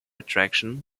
attraction